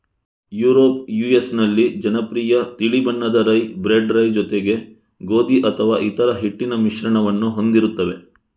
Europe US ನಲ್ಲಿ ಜನಪ್ರಿಯ ತಿಳಿ ಬಣ್ಣದ ರೈ, ಬ್ರೆಡ್ ರೈ ಜೊತೆಗೆ ಗೋಧಿ ಅಥವಾ ಇತರ ಹಿಟ್ಟಿನ ಮಿಶ್ರಣವನ್ನು ಹೊಂದಿರುತ್ತವೆ